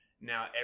Now